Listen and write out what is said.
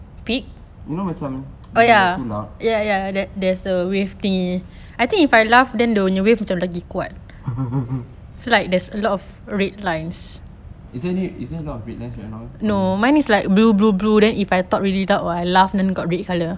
you know macam when you are too loud is there any is there lot of red lines right now on your